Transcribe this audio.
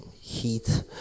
heat